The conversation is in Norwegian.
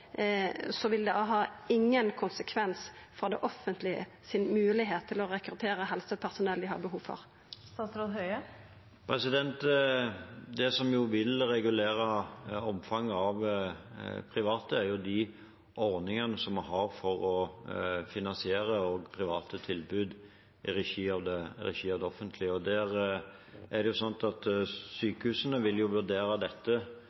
vil det ikkje ha nokon konsekvensar for kva moglegheiter det offentlege har til å rekruttera helsepersonellet dei har behov for? Det som vil regulere omfanget av private, er de ordningene vi har for å finansiere private tilbud i regi av det offentlige. Sykehusene vil vurdere dette når de utlyser anbud. I ordningen for fritt behandlingsvalg er